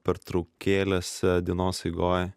pertraukėlėse dienos eigoj